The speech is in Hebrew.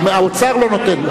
האוצר לא נותן לו.